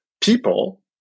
people